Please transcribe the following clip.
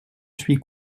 suis